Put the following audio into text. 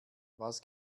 was